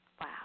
Wow